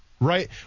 Right